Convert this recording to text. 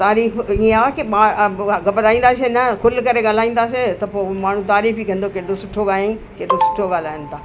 तारीफ़ इएं आहे कि घबराईंदासीं न खुली करे ॻाल्हाईंदासीं त पोइ माण्हू तारीफ़ ई कंदो केॾो सुठो ॻायई केॾो सुठो ॻाल्हाइनि था